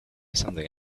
something